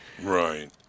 Right